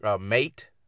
mate